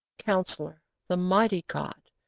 counsellor, the mighty god,